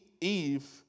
Eve